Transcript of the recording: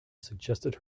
suggested